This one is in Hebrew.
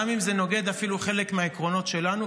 גם אם זה נוגד אפילו חלק מהעקרונות שלנו,